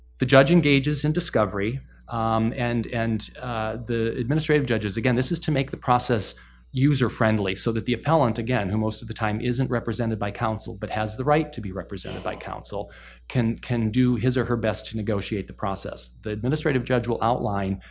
the judge engages in discovery and and the administrative judges, again, this is to make the process user friendly so that the appellate, again, which most of the time isn't represented by counsel but has the right to be represented by counsel can can do his or her best to negotiate the process. the administrative judge will outline